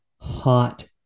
hot